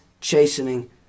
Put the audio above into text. chastening